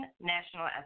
National